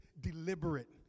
deliberate